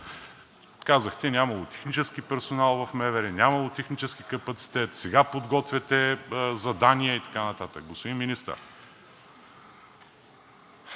Казахте: нямало технически персонал в МВР, нямало технически капацитет, сега подготвяте задание и така нататък. Господин Министър,